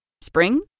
Spring